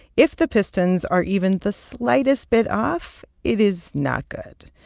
if the pistons are even the slightest bit off, it is not good.